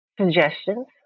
suggestions